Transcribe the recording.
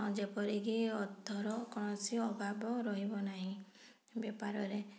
ଯେପରିକି ଅର୍ଥର କୌଣସି ଅଭାବ ରହିବ ନାହିଁ ବେପାରରେ